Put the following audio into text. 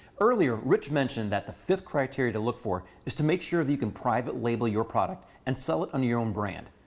earlier, rich mentioned that the fifth criteria to look for is to make sure that you can private label your product and sell it under your own brand.